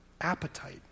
appetite